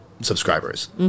subscribers